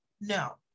no